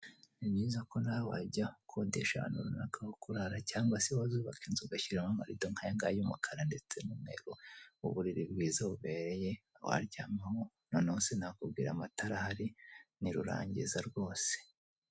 Ni byiza ko nawe wajya ukodesha ahantu runaka hokurara cyangwase wazubaka inzu ugashyiramo amarido nkayangaya y'umukara ndetse n'umweru, uburiri bwiza bubereye waryamamo noneho si nakubwira amatara ahari ni rurangiza rwose.